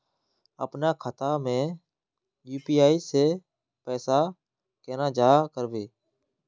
अपना खाता में यू.पी.आई के पैसा केना जाहा करबे?